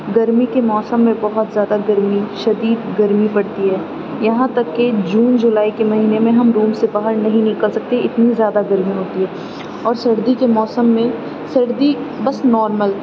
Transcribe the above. گرمی کے موسم میں بہت زیادہ گرمی شدید گرمی پڑتی ہے یہاں تک کہ جون جولائی کے مہینے میں ہم روم سے باہر نہیں نکل سکتے اتنی زیادہ گرمی ہوتی ہے اور سردی کے موسم میں سردی بس نارمل